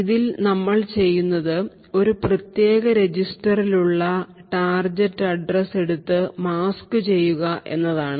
അതിൽ നമ്മൾ ചെയ്യുന്നത് ഒരു പ്രത്യേക രജിസ്റ്ററിൽ ഉള്ള ടാർഗെറ്റ് അഡ്രസ്സ് എടുത്ത് മാസ്ക് ചെയ്യുക എന്നതാണ്